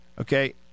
Okay